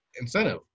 incentive